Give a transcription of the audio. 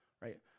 Right